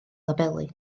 labelu